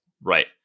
Right